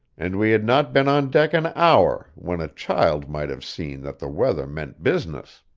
and we had not been on deck an hour when a child might have seen that the weather meant business.